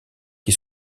qui